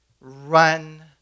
Run